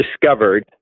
discovered